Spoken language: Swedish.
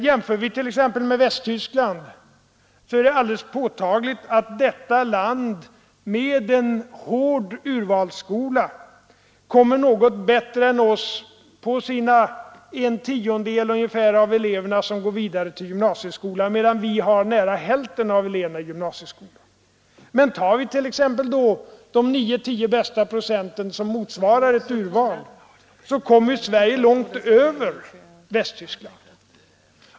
Jämför vi med t.ex. Västtyskland, är det alldeles påtagligt att detta land, med en hård urvalsskola, kommer något bättre än Sverige på ungefär en tiondel av eleverna som går vidare till gymnasieskolan, medan vi har nära hälften av alla elever i gymnasieskolan, men tar vi då de 9, 10 bästa procenten, som motsvarar ett sådant urval, kommer Sverige långt över Västtyskland.